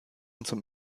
zum